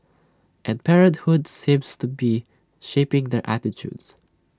and parenthood seems to be shaping their attitudes